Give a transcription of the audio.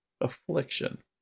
affliction